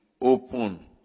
open